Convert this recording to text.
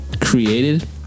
Created